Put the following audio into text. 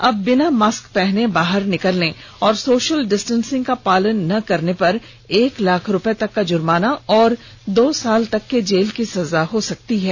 अब बिना मास्क पहने बाहर निकलने और सोशल डिस्टेसिंग का पालन न करने पर एक लाख तक का जुर्माना और दो साल तक की जेल की सजा हो सकती है